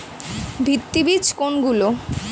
ভিত্তি বীজ কোনগুলি?